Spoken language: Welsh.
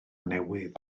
newydd